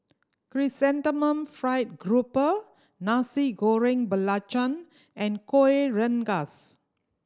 Chrysanthemum Fried Grouper Nasi Goreng Belacan and Kueh Rengas